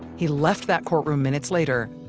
he left that courtroom minutes later,